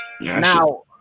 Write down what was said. Now